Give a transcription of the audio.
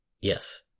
Yes